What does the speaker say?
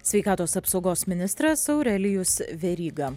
sveikatos apsaugos ministras aurelijus veryga